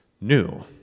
new